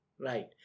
Right